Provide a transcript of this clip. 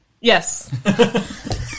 Yes